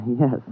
Yes